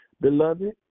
beloved